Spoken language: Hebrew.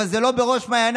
אבל זה לא בראש מעייניו.